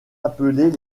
appelés